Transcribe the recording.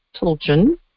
Tulchin